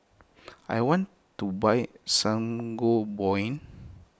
I want to buy Sangobion